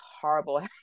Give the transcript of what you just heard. horrible